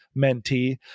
mentee